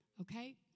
okay